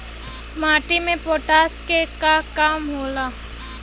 माटी में पोटाश के का काम होखेला?